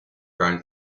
grown